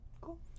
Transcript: cool